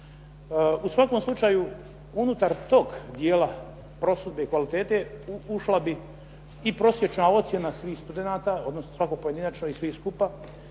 U svakom slučaju, unutar toga dijela prosudbe i kvalitete ušla bi i prosječna ocjena svih studenata, odnosno svako pojedinačno i svi skupa,